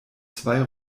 zwei